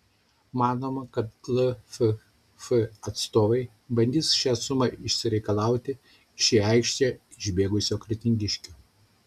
manoma kad lff atstovai bandys šią sumą išsireikalauti iš į aikštę išbėgusio kretingiškio